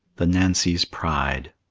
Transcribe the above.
the nancy's pride